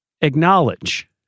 acknowledge